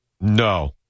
No